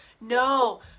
No